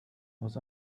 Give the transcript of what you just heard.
aus